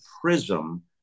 prism